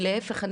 להיפך,